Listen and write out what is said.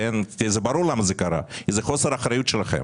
כי זה ברור למה זה קרה; זה חוסר אחריות שלכם,